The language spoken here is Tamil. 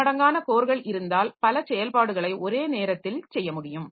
பன்மடங்கான கோர்கள் இருந்தால் பல செயல்பாடுகளை ஒரே நேரத்தில் செய்ய முடியும்